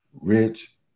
rich